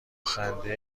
خنده